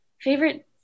Favorite